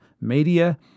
media